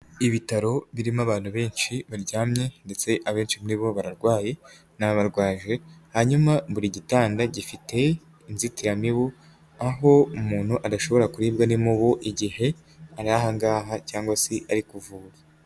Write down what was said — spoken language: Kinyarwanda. Ibitaro birimo abantu benshi baryamye ndetse abenshi muri bo bararwaye n'ababarwaje, hanyuma buri gitanda gifite inzitiramibu aho umuntu adashobora kuribwa n'imibu igihe ari aha ngaha cyangwa se ari kuvurwa.